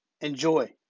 Enjoy